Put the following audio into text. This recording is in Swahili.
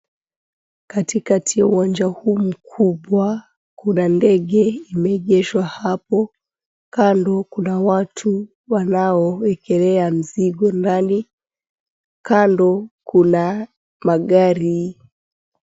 Katikati ya uwanja huu mkubwa, kuna ndege imeegeshwa hapo. Kando kuna watu wanaowekelea mzigo ndani. Kando kuna magari.